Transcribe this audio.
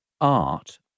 art